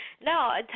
No